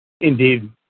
Indeed